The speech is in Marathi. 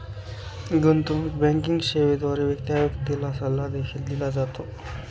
गुंतवणूक बँकिंग सेवेद्वारे त्या व्यक्तीला सल्ला देखील दिला जातो